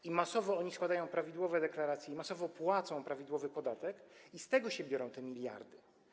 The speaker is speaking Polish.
Oni masowo składają prawidłowe deklaracje i masowo płacą prawidłowy podatek, i z tego się biorą te miliardy.